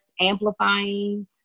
amplifying